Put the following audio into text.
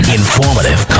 informative